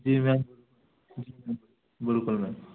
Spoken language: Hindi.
जी मैम बिल्कुल मैम